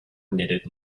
knitted